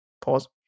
pause